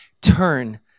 turn